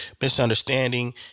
misunderstanding